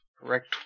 correct